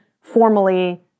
formally